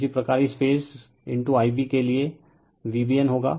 इसी प्रकार इस फेज Ib के लिए v BN होगा